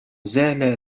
زال